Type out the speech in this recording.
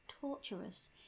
torturous